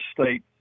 state